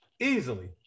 Easily